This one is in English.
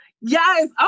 Yes